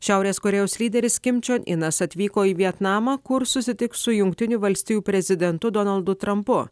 šiaurės korėjos lyderis kim čion inas atvyko į vietnamą kur susitiks su jungtinių valstijų prezidentu donaldu trampu